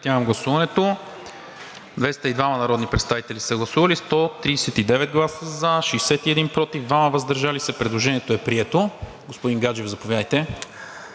въздържали се 2. Предложението е прието. Господин Гаджев, заповядайте.